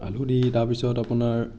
আলু দি তাৰপিছত আপোনাৰ